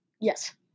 yes